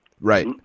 Right